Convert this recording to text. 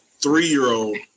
three-year-old